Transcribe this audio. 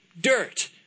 dirt